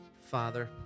Father